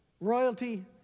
Royalty